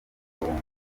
amahoro